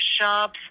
shops